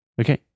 Okay